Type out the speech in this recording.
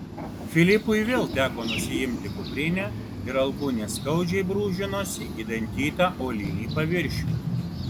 filipui vėl teko nusiimti kuprinę ir alkūnės skaudžiai brūžinosi į dantytą uolinį paviršių